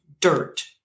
dirt